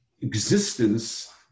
existence